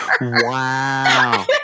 Wow